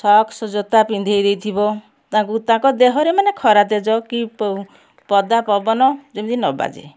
socks ଜୋତା ପିନ୍ଧାଇ ଦେଇଥିବ ତାଙ୍କୁ ତାଙ୍କ ଦେହରେ ମାନେ ଖରା ତେଜ କି ପଦା ପବନ ଯେମିତି ନ ବାଜେ